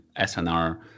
SNR